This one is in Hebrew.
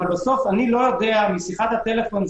אני לא יודע אם שיחת הטלפון,